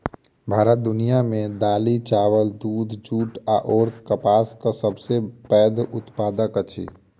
भारत दुनिया मे दालि, चाबल, दूध, जूट अऔर कपासक सबसे पैघ उत्पादक अछि